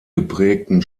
geprägten